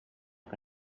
que